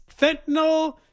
Fentanyl